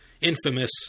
infamous